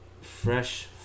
fresh